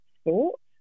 sports